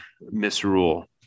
misrule